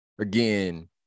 again